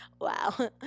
Wow